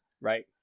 right